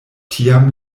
tiam